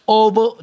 over